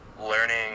learning